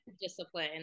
discipline